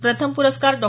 प्रथम पुरस्कार डॉ